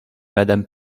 madame